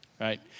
Right